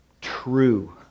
true